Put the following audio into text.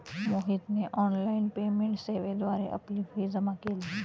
मोहितने online payment सेवेद्वारे आपली फी जमा केली